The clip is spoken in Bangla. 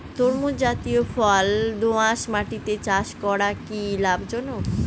তরমুজ জাতিয় ফল দোঁয়াশ মাটিতে চাষ করা কি লাভজনক?